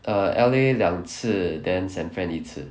err L_A 两次 then san fran 一次